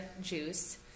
juice